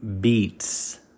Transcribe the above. beats